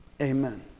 Amen